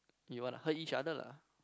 you want to hurt each other lah